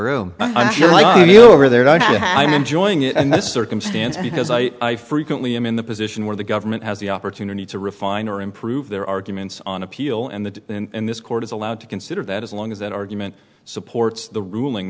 me over there i'm enjoying it and this circumstance because i i frequently i'm in the position where the government has the opportunity to refine or improve their arguments on appeal and the in this court is allowed to consider that as long as that argument supports the ruling